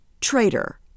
Traitor